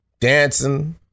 dancing